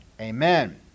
Amen